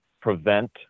prevent